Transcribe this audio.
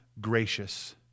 gracious